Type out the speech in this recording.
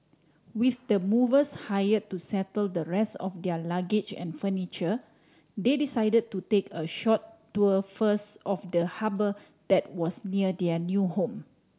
with the movers hire to settle the rest of their luggage and furniture they decide to take a short tour first of the harbour that was near their new home